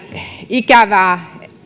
ikävää